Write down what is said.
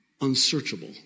unsearchable